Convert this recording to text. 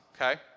okay